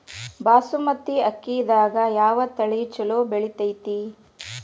ಬಾಸುಮತಿ ಅಕ್ಕಿದಾಗ ಯಾವ ತಳಿ ಛಲೋ ಬೆಳಿತೈತಿ?